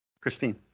Christine